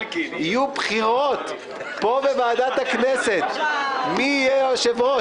יהיו בחירות פה בוועדת הכנסת מי יהיה היושב-ראש.